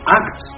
act